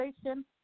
station